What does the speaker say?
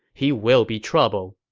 he will be trouble